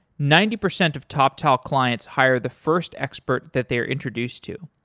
ninety percent of toptal clients hire the first expert that they're introduced to.